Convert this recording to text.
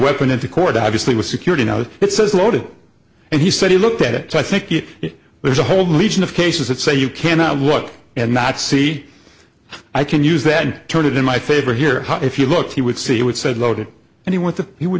weapon into court obviously with security no it says loaded and he said he looked at it i think it was a whole legion of cases that say you cannot look and not see i can use that and turn it in my favor here if you look he would see he would said loaded and he want to he would